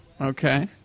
Okay